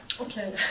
Okay